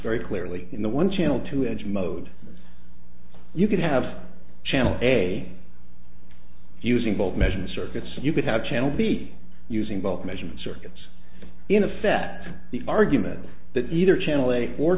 very clearly in the one channel two edge mode you can have channel a using both measure circuits you could have channel be using bulk measurement circuits in effect the argument that either channel